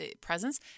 presence